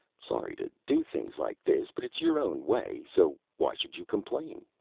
sorry to do things like this but it's your own way. so why should you complain?